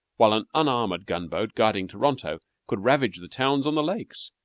while an unarmored gun-boat guarding toronto could ravage the towns on the lakes.